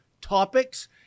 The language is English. topics